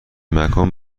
مکان